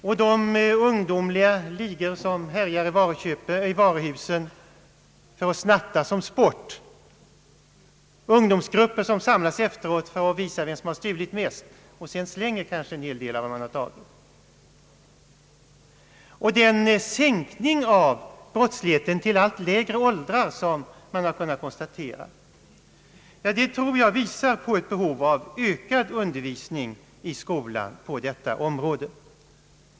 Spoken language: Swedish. Och jag tror att de ungdomliga ligor som härjar i varuhusen för att snatta som sport — ungdomsgrupper som efteråt samlas för att konstatera vem som har stulit mest och sedan kanske slänger en hel del av vad som tagits liksom den konstaterade sänkningen av brottsligheten till allt lägre åldrar visar på ett behov av ökad undervisning i skolan på detta område.